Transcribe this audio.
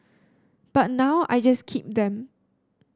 but now I just keep them